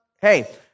Hey